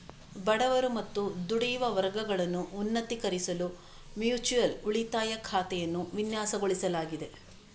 ಬಡವರು ಮತ್ತು ದುಡಿಯುವ ವರ್ಗಗಳನ್ನು ಉನ್ನತೀಕರಿಸಲು ಮ್ಯೂಚುಯಲ್ ಉಳಿತಾಯ ಖಾತೆಯನ್ನು ವಿನ್ಯಾಸಗೊಳಿಸಲಾಗಿದೆ